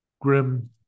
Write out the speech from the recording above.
grim